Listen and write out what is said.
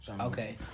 Okay